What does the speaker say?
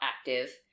active